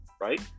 Right